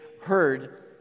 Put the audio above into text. heard